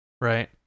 right